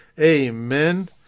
Amen